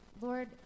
Lord